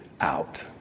out